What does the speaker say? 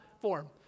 form